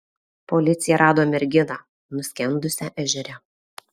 policija rado merginą nuskendusią ežere